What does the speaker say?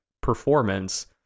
performance